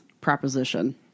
proposition